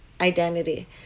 identity